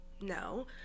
No